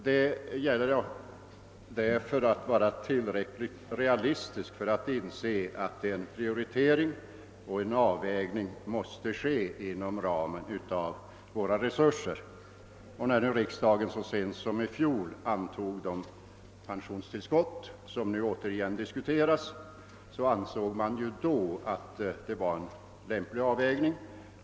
Därför gäller det att vara tillräckligt realistisk så att man inser att en prioritering och en avvägning måste ske inom ramen för våra resurser. När nu riksdagen så sent som i fjol beslöt om de pensionstillskott som nu åter diskuteras, ansåg man att det var en lämplig avvägning.